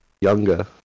younger